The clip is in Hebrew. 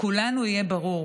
לכולנו יהיה ברור